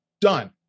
done